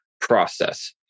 process